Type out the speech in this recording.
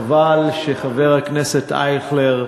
חבל שחבר הכנסת אייכלר איננו,